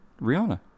Rihanna